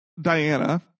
Diana